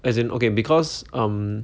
as in okay because um